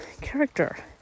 character